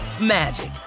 magic